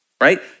right